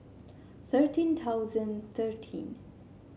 thirteen thousand thirteen